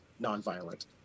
nonviolent